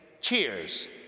cheers